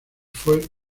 fue